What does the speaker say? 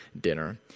dinner